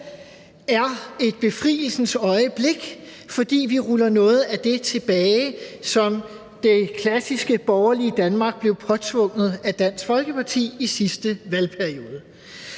er et befrielsens øjeblik, fordi vi ruller noget af det tilbage, som det klassiske borgerlige Danmark blev påtvunget af Dansk Folkeparti i sidste valgperiode.